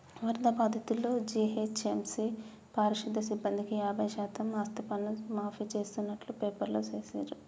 వరద బాధితులు, జీహెచ్ఎంసీ పారిశుధ్య సిబ్బందికి యాభై శాతం ఆస్తిపన్ను మాఫీ చేస్తున్నట్టు పేపర్లో వేసిండ్రు